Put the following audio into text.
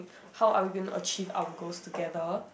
how are we going to achieve our goals together